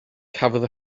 cafodd